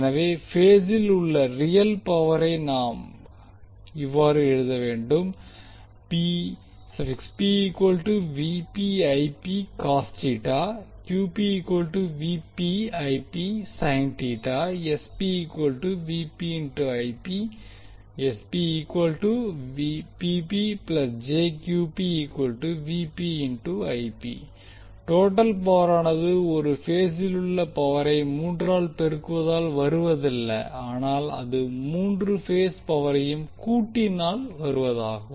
எனவே பேசில் உள்ள ரியல் பவரை நாம் இவ்வாறு எழுதலாம் டோட்டல் பவரானது ஒரு பேசிலுள்ள பவரை மூன்றால் பெருக்குவதால் வருவதல்ல ஆனால் அது மூன்று பேஸ் பவரையும் கூட்டினால் வருவதாகும்